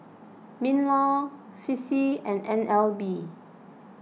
MinLaw C C and N L B